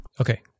Okay